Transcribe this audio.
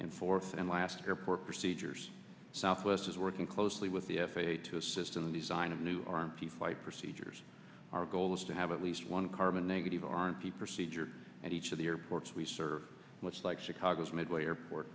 and fourth and last airport procedures southwest is working closely with the f a a to assist in the design of new arm p five procedures our goal is to have at least one carbon negative or n p procedure and each of the airports we serve much like chicago's midway airport